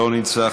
לא נמצא,